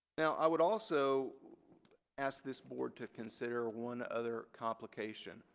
now i would also ask this board to consider one other complication.